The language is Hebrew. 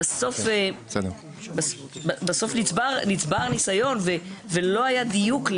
בסוף נצבר ניסיון ולא היה דיוק.